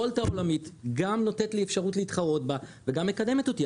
וולט העולמית גם נותנת לי אפשרות להתחרות בה וגם מקדמת אותי,